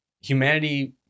humanity